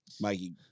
Mikey